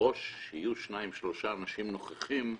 שלדרוש שיהיו שניים-שלושה אנשים נוכחים,